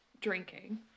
drinking